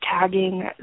tagging